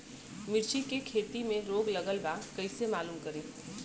मिर्ची के खेती में रोग लगल बा कईसे मालूम करि?